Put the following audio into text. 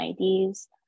IDs